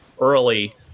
early